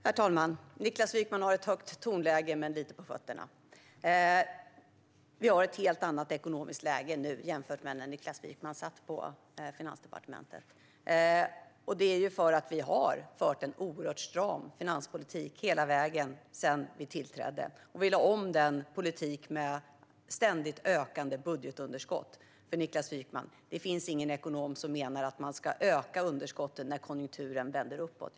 Herr talman! Niklas Wykman har ett högt tonläge men lite på fötterna. Vi har ett helt annat ekonomiskt läge nu jämfört med när Niklas Wykman satt på Finansdepartementet. Det är för att vi har fört en oerhört stram finanspolitik hela vägen sedan vi tillträdde. Vi lade om den politik med ständigt ökande budgetunderskott som drevs. Det finns inte någon ekonom som menar att man ska öka underskotten när konjunkturen vänder uppåt, Niklas Wykman.